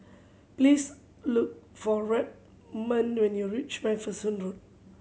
please look for Redmond when you reach Macpherson Road